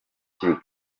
hakiri